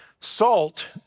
Salt